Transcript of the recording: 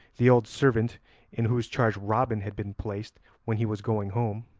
the old servant in whose charge robin had been placed when he was going home,